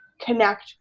connect